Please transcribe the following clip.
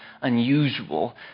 unusual